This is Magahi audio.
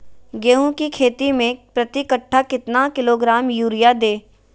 गेंहू की खेती में प्रति कट्ठा कितना किलोग्राम युरिया दे?